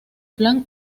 plan